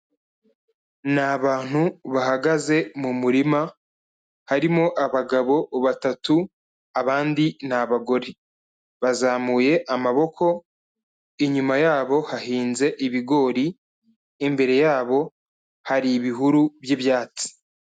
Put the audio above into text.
Ni abantu bahagaze mu murima, harimo abagabo batatu abandi ni abagore bazamuye amaboko, inyuma yabo hahinze ibigori, imbere yabo hari ibihuru by'ibyatsi.